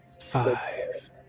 five